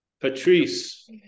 Patrice